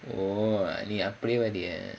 oh நீ அப்படி வரியா:nee appadi variyaa